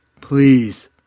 please